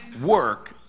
work